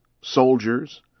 soldiers